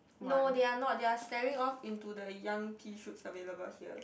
no they are not they are staring off into the young pea shoots available here